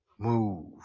move